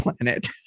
planet